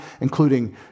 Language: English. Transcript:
including